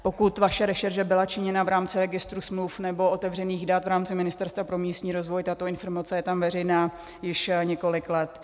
Pokud vaše rešerše byla činěna v rámci registru smluv nebo otevřených dat v rámci Ministerstva pro místní rozvoj, tato informace je tam veřejná již několik let.